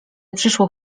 przyszłą